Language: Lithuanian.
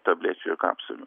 tablečių ir kapsulių